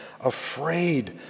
afraid